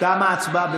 תמה ההצבעה.